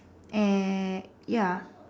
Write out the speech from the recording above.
and ya